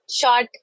short